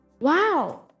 Wow